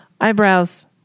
eyebrows